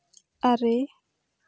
ᱟᱨᱮ